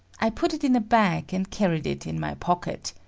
i put it in a bag, and carried it in my pocket.